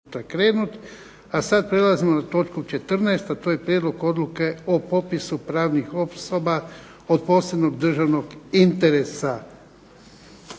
A sad prelazimo na točku 14., a to je –- Prijedlog Odluke o popisu pravnih osoba od posebnog državnog interesa